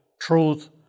truth